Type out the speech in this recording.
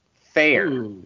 fair